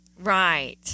Right